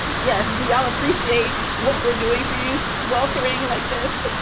yes. do you ah appreciate what we're doing for you sweltering like this?